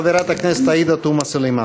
חברת הכנסת עאידה תומא סלימאן.